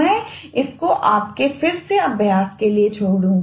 मैं इसको आपके फिर से अभ्यास करने के लिए छोडूंगा